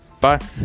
Bye